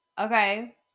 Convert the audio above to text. okay